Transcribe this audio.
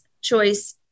choice